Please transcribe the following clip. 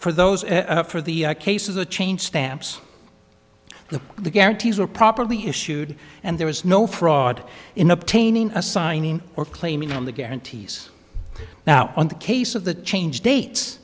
for those for the cases the chain stamps the guarantees were properly issued and there was no fraud in obtaining a signing or claiming on the guarantees now on the case of the change dates